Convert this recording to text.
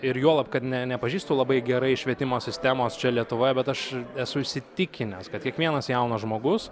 ir juolab kad ne nepažįstu labai gerai švietimo sistemos čia lietuvoje bet aš esu įsitikinęs kad kiekvienas jaunas žmogus